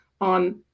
on